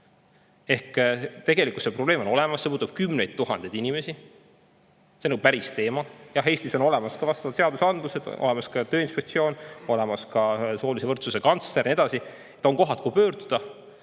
Ehk tegelikult see probleem on olemas, see puudutab kümneid tuhandeid inimesi. See on päris teema. Jah, Eestis on vastav seadusandlus, on olemas Tööinspektsioon, on olemas ka soolise võrdsuse kantsler ja nii edasi, on kohad, kuhu pöörduda.